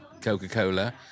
Coca-Cola